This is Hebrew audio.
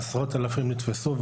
עשרות אלפים נתפסו.